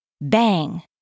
bang